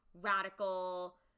Radical